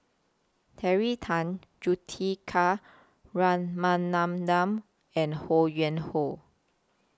Terry Tan Juthika Ramanathan and Ho Yuen Hoe